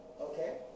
okay